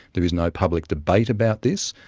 there is no public debate about this.